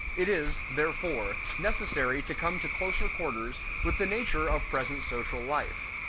it is, therefore, necessary to come to closer quarters with the nature of present social life.